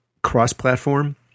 cross-platform